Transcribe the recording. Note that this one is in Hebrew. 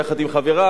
ביחד עם חברי,